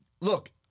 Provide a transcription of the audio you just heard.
look